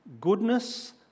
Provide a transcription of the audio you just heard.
Goodness